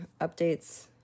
updates